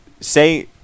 say